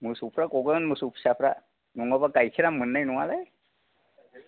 मोसौफ्रा ग'गोन मोसौ फिसाफोरा नङाबा गाइखेरआ मोननाय नङालै